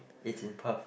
it's in Perth